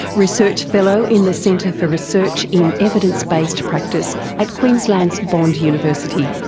research fellow in the centre for research in evidence based practice at queensland's bond university.